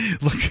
look